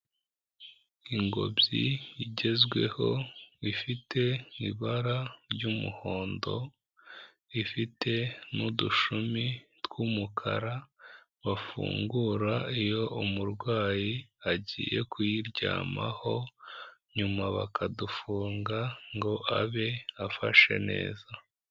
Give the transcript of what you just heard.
Ingobyi igezweho ifite ibara ry'umuhondo, ifite n'udushumi tw'umukara bafungura iyo umurwayi agiye kuyiryamaho nyuma bakadufunga ngo abe afashe neza.